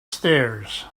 stairs